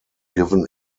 given